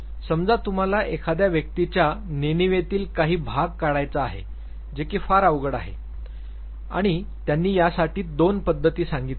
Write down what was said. समजा तुम्हाला एखाद्या व्यक्तीच्या नेणिवेतील काही भाग काढायचा आहे जेकी फार अवघड आहे आणि त्यांनी यासाठी दोन पद्धती सांगितल्या आहेत